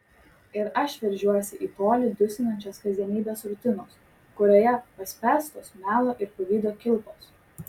ir aš veržiuosi į tolį dusinančios kasdienybės rutinos kurioje paspęstos melo ir pavydo kilpos